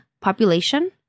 population